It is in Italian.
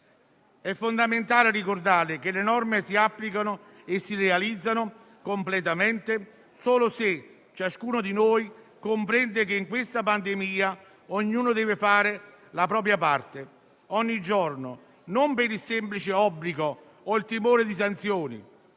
È fondamentale ricordare che le norme si applicano e si realizzano completamente solo se ciascuno di noi comprende che, in questa pandemia, ognuno deve fare la propria parte ogni giorno, non per il semplice obbligo o per il timore di sanzioni,